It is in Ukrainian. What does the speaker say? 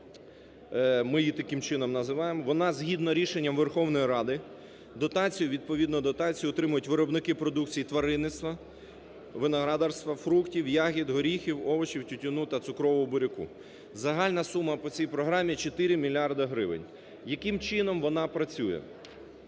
ми її таким чином називаємо, вона згідно рішення Верховної Ради дотацію, відповідно дотацію отримують виробники продукції тваринництва, виноградарства, фруктів, ягід, горіхів, овочів, тютюну та цукрового буряку. Загальна сума по цій програмі 4 мільярди гривень. Яким чином вона працює?